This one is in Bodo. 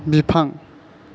बिफां